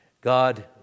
God